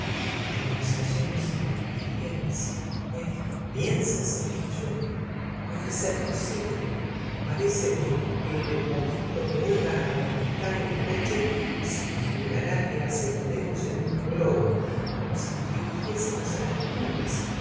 cuando nos hallemos en la díligencial eh piensas en ello puede ser posible paréceme que en el momento que oiga arrancar el coche se me figurará que ascendemos en un globo como si nos dirigiésemos á las nubes